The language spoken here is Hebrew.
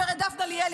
גב' דפנה ליאל,